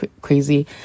crazy